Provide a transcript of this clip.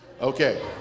okay